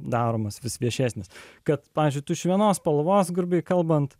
daromas vis viešesnis kad pavyzdžiui tu iš vienos spalvos grubiai kalbant